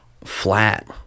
flat